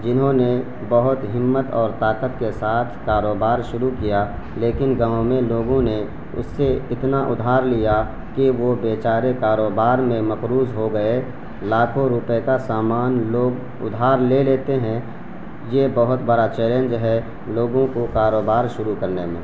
جنہوں نے بہت ہمت اور طاقت کے ساتھ کاروبار شروع کیا لیکن گاؤں میں لوگوں نے اس سے اتنا ادھار لیا کہ وہ بے چارے کاروبار میں مقروض ہو گئے لاکھوں روپے کا سامان لوگ ادھار لے لیتے ہیں یہ بہت بڑا چیلنج ہے لوگوں کو کاروبار شروع کرنے میں